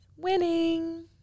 Winning